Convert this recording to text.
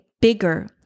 bigger